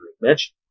mentioned